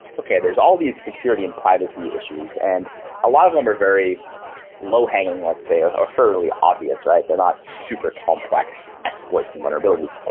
okay, there's all these security and privacy issues and a lot of them are very low-hanging, let's say, or or fairly obvious, right? they're not super complex exploits and vulnerabilities.